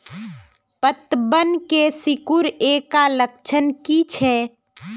पतबन के सिकुड़ ऐ का लक्षण कीछै?